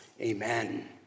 amen